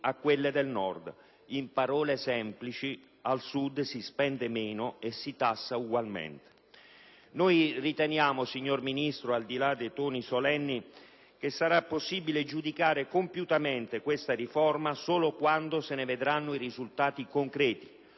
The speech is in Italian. In parole semplici: al Sud si spende meno e si tassa ugualmente. Riteniamo, signor Ministro, al di là dei toni solenni, che sarà possibile giudicare compiutamente questa riforma solo quando se ne vedranno i risultati concreti;